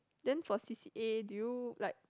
then for C_C_A do you like